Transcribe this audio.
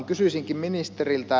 kysyisinkin ministeriltä